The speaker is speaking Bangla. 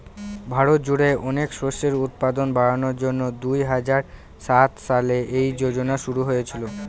ভারত জুড়ে অনেক শস্যের উৎপাদন বাড়ানোর জন্যে দুই হাজার সাত সালে এই যোজনা শুরু হয়েছিল